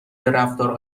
رفتار